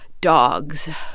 dogs